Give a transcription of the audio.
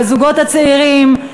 בזוגות הצעירים,